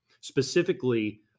specifically